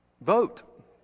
Vote